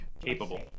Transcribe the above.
capable